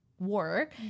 Work